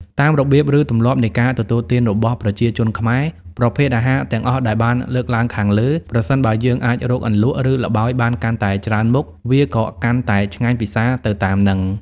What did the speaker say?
តាមរបៀបឬទម្លាប់នៃការទទួលទានរបស់ប្រជាជនខ្មែរ ប្រភេទអាហារទាំងអស់ដែលបានលើកឡើងខាងលើ ប្រសិនបើយើងអាចរកអន្លក់ ឬល្បោយបានកាន់តែច្រើមុខ វាក៏កាន់តែឆ្ងាញ់ពិសាទៅតាមហ្នឹង។